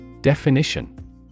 Definition